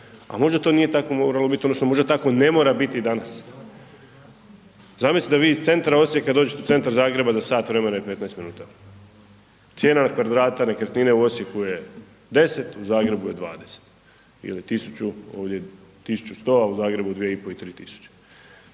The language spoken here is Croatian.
a možda to nije tako moralo bit odnosno možda tako ne mora biti i danas. Zamislite da vi iz centra Osijeka dođete u centar Zagreba za sat vremena i 15 minuta, cijena kvadrata nekretnine u Osijeku je 10, u Zagrebu je 20 ili 1000, ovdje 1100, a u Zagrebu 2500 i 3000,